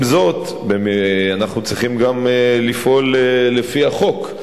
עם זאת, אנחנו צריכים גם לפעול לפי החוק,